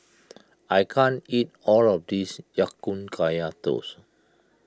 I can't eat all of this Ya Kun Kaya Toast